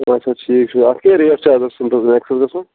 اچھا ٹھیٖک چھُ اَتھ کیٛاہ ریٚٹ چھِ از اَتھ سیٖمٹس میٚکٕسس گژھان